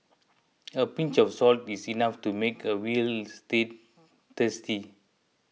a pinch of salt is enough to make a Veal Stew tasty